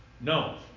No